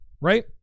right